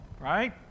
right